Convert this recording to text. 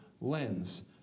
lens